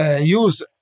Use